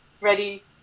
ready